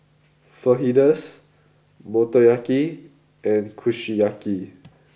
Fajitas Motoyaki and Kushiyaki